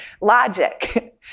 logic